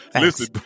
Listen